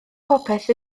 popeth